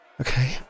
Okay